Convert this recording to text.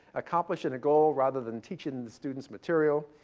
accomplishing a goal rather than teaching the students material,